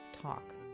Talk